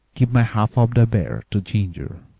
give my half of the bear to ginger.